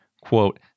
quote